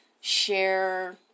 share